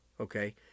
Okay